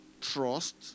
trust